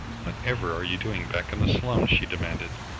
whatever are you doing back in the slums? she demanded.